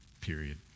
period